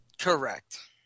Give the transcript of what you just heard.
Correct